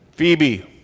Phoebe